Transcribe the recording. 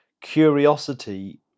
Curiosity